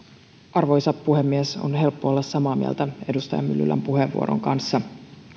arvoisa puhemies on helppo olla samaa mieltä edustaja myllykosken puheenvuoron kanssa kun